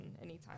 anytime